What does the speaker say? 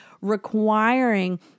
requiring